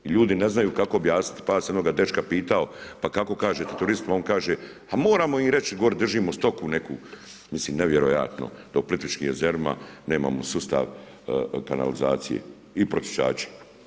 Ljudi ne znaju kako objasniti, pa sam onoga dečka pitao pa kako kažete turistu, on kaže a moramo im reći, gore držimo stoku neku, mislim nevjerojatno da u Plitvičkim jezerima nemamo sustav kanalizacije i pročišćivači.